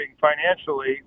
financially